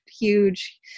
huge